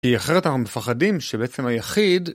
היא אחרת המפחדים שבעצם היחיד